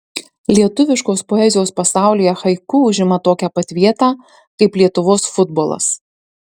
lietuviškos poezijos pasaulyje haiku užima tokią pat vietą kaip lietuvos futbolas